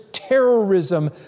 Terrorism